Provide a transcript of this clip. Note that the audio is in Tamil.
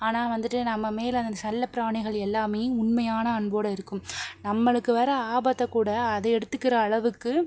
ஆனால் வந்துட்டு நம்ம மேல் அந்த செல்ல பிராணிங்கள் எல்லாமே உண்மையான அன்போடு இருக்கும் நம்மளுக்கு வர ஆபத்தைக்கூட அது எடுத்துக்கிற அளவுக்கு